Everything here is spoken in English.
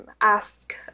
ask